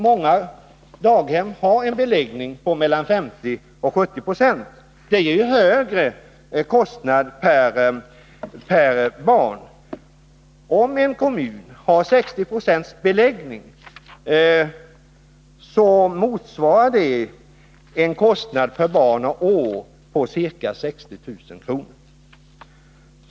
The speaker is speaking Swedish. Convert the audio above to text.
Många daghem har en beläggning på mellan 50 och 70 26, och det innebär en högre kostnad per barn. Om en kommun har en beläggning på 60 26 motsvarar det en kostnad per barn och år på ca 60 000 kr.